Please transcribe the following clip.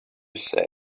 say